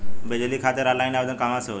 बिजली खातिर ऑनलाइन आवेदन कहवा से होयी?